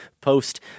post